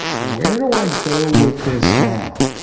where do i go with this now,